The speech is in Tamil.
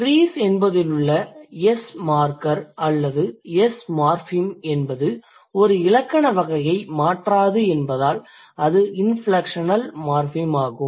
Trees என்பதிலுள்ள s மார்க்கர் அல்லது s மார்ஃபிம் என்பது ஒரு இலக்கண வகையை மாற்றாது என்பதால் அது இன்ஃப்லெக்ஷனல் மார்ஃபிம் ஆகும்